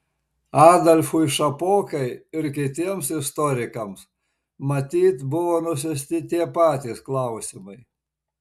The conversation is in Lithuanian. adolfui šapokai ir kitiems istorikams matyt buvo nusiųsti tie patys klausimai